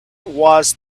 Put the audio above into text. was